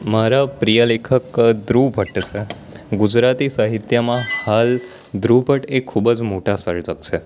મારા પ્રિય લેખક ધ્રુવ ભટ્ટ છે ગુજરાતી સાહિત્યમાં હાલ ધ્રુવ ભટ્ટ એ ખૂબ જ મોટા સર્જક છે